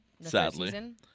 Sadly